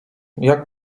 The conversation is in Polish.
jak